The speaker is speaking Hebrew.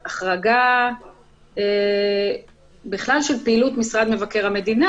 החרגה בכלל של פעילות משרד מבקר המדינה,